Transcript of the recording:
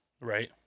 Right